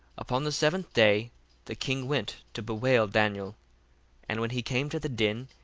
upon the seventh day the king went to bewail daniel and when he came to the den,